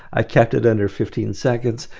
i kept it under fifteen seconds.